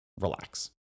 relax